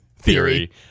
Theory